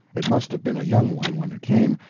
it must have been a young one when it came,